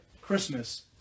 Christmas